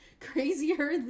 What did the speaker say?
crazier